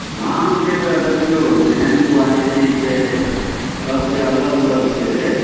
धानके तऽ देखिऔ जेहन क्वालिटी छै सभके अलग अलग छै रेट